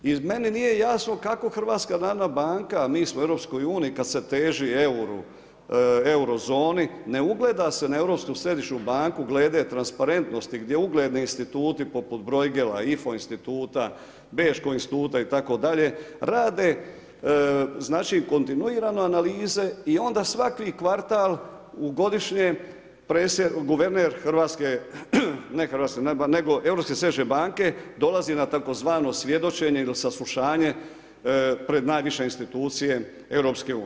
I meni nije jasno kako HNB, a mi smo u EU, kad se teži Eurozoni, ne ugleda se na Europsku središnju banku glede transparentnosti, gdje ugledni instituti poput Bruegela, Ifo instituta, Bečkog instituta itd. rade kontinuirane analize i onda svaki kvartal u godišnjem, guverner hrvatske, ne HNB, nego Europske središnje banke, dolazi na tzv. svjedočenje ili saslušanje pred najviše institucije EU.